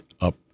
up